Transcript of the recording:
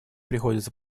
приходится